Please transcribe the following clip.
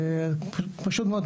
פשוט מאוד,